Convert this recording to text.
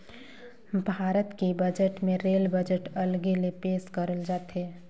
भारत के बजट मे rail budget अलगे ले पेस करल जाथे